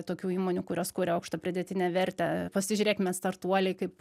tokių įmonių kurios kuria aukštą pridėtinę vertę pasižiūrėkime startuoliai kaip